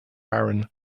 baron